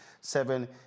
seven